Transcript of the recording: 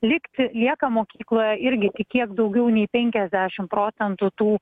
likti lieka mokykloje irgi tik kiek daugiau nei penkiasdešim procentų tų